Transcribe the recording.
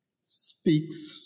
speaks